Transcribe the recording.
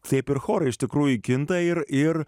taip ir chorai iš tikrųjų kinta ir ir